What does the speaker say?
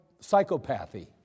psychopathy